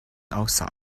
outside